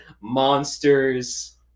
monsters